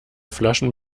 flaschen